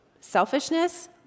selfishness